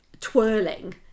twirling